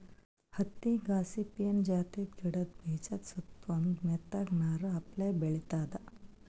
ಹತ್ತಿ ಗಾಸಿಪಿಯನ್ ಜಾತಿದ್ ಗಿಡದ ಬೀಜಾದ ಸುತ್ತಾ ಒಂದ್ ಮೆತ್ತಗ್ ನಾರ್ ಅಪ್ಲೆ ಬೆಳಿತದ್